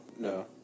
No